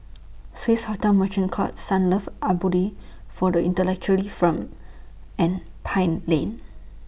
Swissotel Merchant Court Sunlove Abode For The Intellectually from and Pine Lane